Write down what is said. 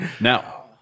Now